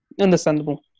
understandable